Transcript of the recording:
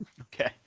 Okay